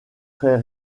très